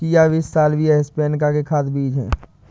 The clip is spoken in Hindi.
चिया बीज साल्विया हिस्पैनिका के खाद्य बीज हैं